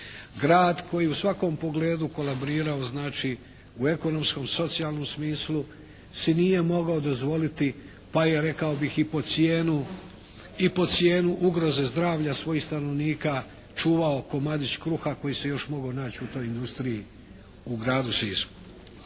Grad koji je u svakom pogledu kolaborirao znači u ekonomskom, socijalnom smislu si nije mogao dozvoliti pa ja rekao bih i po cijenu ugroze zdravlja svojih stanovnika čuvao komadić kruha koji se još mogao naći u toj industriji u gradu Sisku.